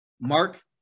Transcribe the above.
Mark